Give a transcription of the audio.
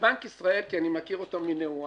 בבנק ישראל כי אני מכיר אותו מנעוריי,